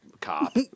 cop